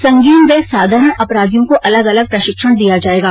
संगीन व साधारण अपराधियों को अलग अलग प्रशिक्षण दिया जायेगा